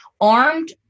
armed